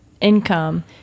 income